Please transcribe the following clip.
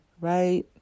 right